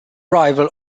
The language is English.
rival